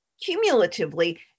Cumulatively